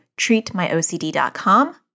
treatmyocd.com